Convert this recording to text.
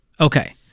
Okay